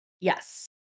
Yes